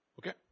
Okay